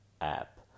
app